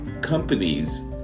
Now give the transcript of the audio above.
companies